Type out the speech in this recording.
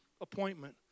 appointment